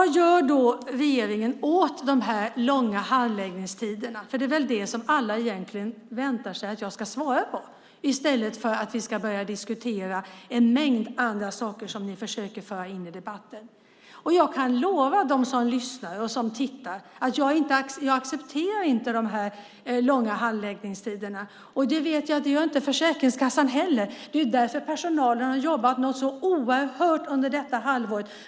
Vad gör då regeringen åt de långa handläggningstiderna? Det är väl det som alla egentligen väntar sig att jag ska svara på, i stället för att vi ska börja diskutera en mängd andra saker som ni försöker föra in i debatten. Jag kan lova dem som lyssnar och tittar att jag inte accepterar dessa långa handläggningstider. Jag vet att Försäkringskassan inte gör det heller. Det är därför personalen har jobbat något så oerhört under detta halvår.